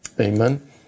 Amen